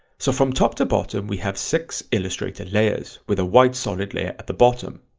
so from top to bottom we have six illustrator layers with a white solid layer at the bottom.